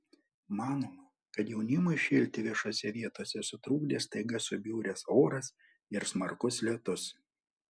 manoma kad jaunimui šėlti viešose vietose sutrukdė staiga subjuręs oras ir smarkus lietus